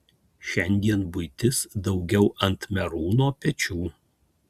šiandien buitis daugiau ant merūno pečių